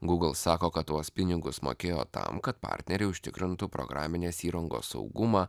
google sako kad tuos pinigus mokėjo tam kad partneriai užtikrintų programinės įrangos saugumą